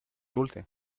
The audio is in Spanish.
dulce